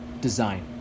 design